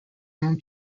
home